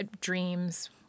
dreams